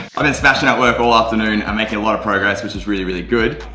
i've been smashing at work all afternoon. i'm making a lot of progress which is really really good.